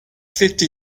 fifty